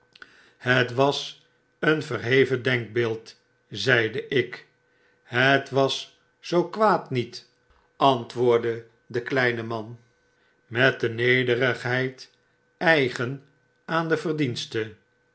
het was een verheven denkbeeld zeide ik het was zoo kwaad niet antwoordde de kleine man met de nederigheid eigen aan de verdienste